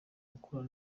ukora